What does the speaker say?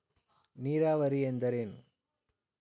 ನೀರಾವರಿ ಎಂದರೇನು?